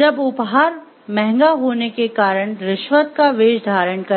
जब उपहार महंगा होने के कारण रिश्वत का वेश धारण कर लेता है